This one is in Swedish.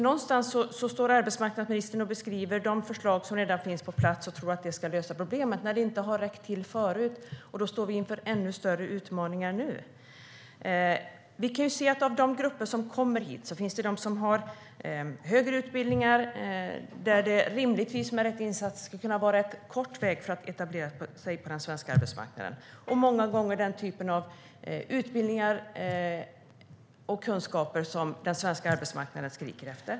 Någonstans står arbetsmarknadsministern och beskriver de förslag som redan finns på plats och tror att de ska lösa problemen när de inte har räckt till förut, och nu står vi inför ännu större utmaningar. Vi kan ju se att bland de grupper som kommer hit finns det de som har högre utbildningar och som med rätt insats rimligtvis skulle kunna ha rätt kort väg till att etablera sig på den svenska arbetsmarknaden. Många gånger har de den typ av utbildningar och kunskaper som den svenska arbetsmarknaden skriker efter.